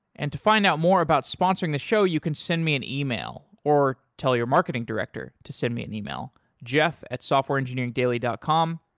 and to find out more about sponsoring the show, you can send me an email or tell your marketing director to send me an email, jeff at softwareengineering dot com.